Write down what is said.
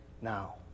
now